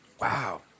Wow